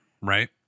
right